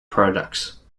products